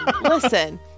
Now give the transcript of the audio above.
listen